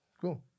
Cool